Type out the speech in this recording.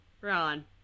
Ron